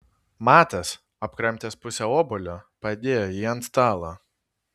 matas apkramtęs pusę obuolio padėjo jį ant stalo